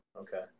okay